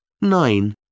Nine